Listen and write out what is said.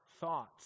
thoughts